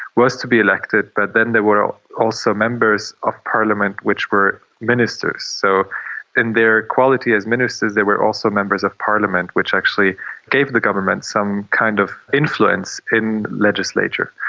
was to be elected but then there were also members of parliament which were ministers. so in their quality as ministers they were also members of parliament, which actually gave the government some kind of influence in legislature.